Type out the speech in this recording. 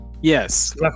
Yes